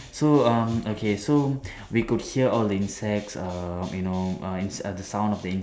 so um okay so we could hear all the insects err you know err in~ the sounds of the in~